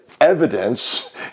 evidence